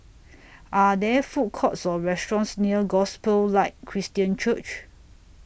Are There Food Courts Or restaurants near Gospel Light Christian Church